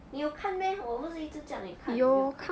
你有看 meh 我不是一直叫你看你没有看